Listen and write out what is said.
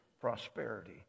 prosperity